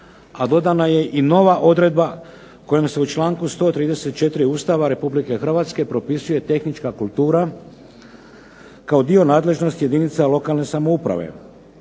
a dodana je i nova odredba kojom se u članku 134. Ustava Republike Hrvatske propisuje tehnička kultura, kao dio nadležnosti jedinica lokalne samouprave.